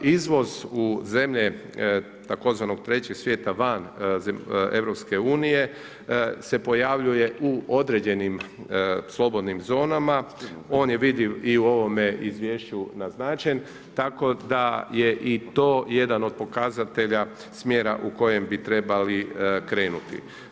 Izvoz u zemlje tzv. Trećeg svijeta van EU-a se pojavljuje u određenim slobodnim zonama, on je vidljiv i u ovome izvješću naznačen, tako da je to jedan od pokazatelja smjera u kojem bi trebali krenuti.